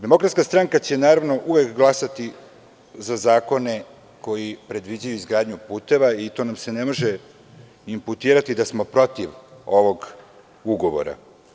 Demokratska stranka će uvek glasati za zakone koji predviđaju izgradnju puteva i to nam se ne može inputirati da smo protiv ovog ugovora.